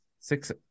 six